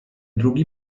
drugi